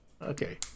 Okay